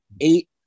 eight